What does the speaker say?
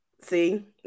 See